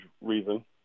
reason